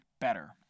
better